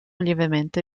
lievemente